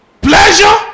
Pleasure